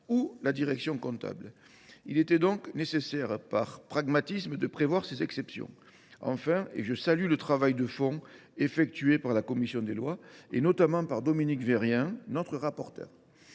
ou direction comptable. Il était donc nécessaire, par pragmatisme, de prévoir ces exceptions. Je salue à cet égard le travail de fond effectué par la commission des lois, et notamment par Dominique Vérien, notre rapporteure.